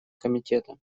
комитета